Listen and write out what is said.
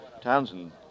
Townsend